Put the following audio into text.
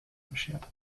beschert